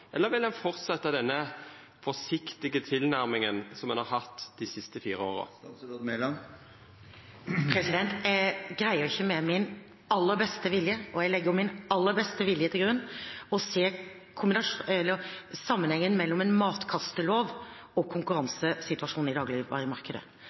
eller vil ein fortsetja denne forsiktige tilnærminga som ein har hatt dei siste fire åra? Jeg greier ikke med min aller beste vilje – og jeg legger min aller beste vilje til grunn – å se sammenhengen mellom en matkastelov og